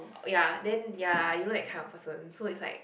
ya then ya you know that kind of person so is like